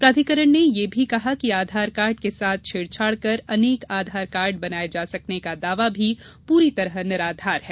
प्राधिकरण ने यह भी कहा कि आधार कार्ड के साथ छेड़छाड़ कर अनेक आधार कार्ड बनाए जा सकने का दावा भी पूरी तरह निराधार है